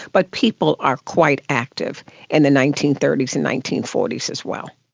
but people are quite active in the nineteen thirty s and nineteen forty s as well.